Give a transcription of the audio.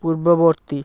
ପୂର୍ବବର୍ତ୍ତୀ